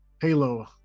Halo